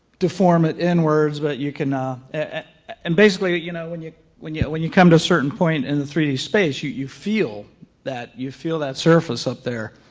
deform it inwards, but you can ah and basically you know when when yeah when you come to a certain point in the three d space you you feel that. you feel that surface up there.